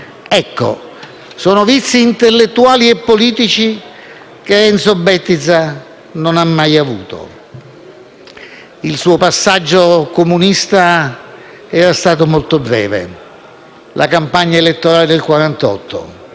Sono vizi intellettuali e politici che Enzo Bettiza non ha mai avuto. Il suo passaggio comunista era stato molto breve. Penso alla campagna elettorale del 1948